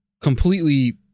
completely